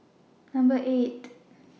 Number eight